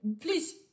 please